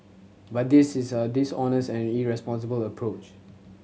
but this is a dishonest and irresponsible approach